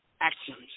actions